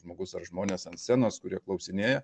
žmogus ar žmonės ant scenos kurie klausinėja